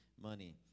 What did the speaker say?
money